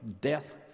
death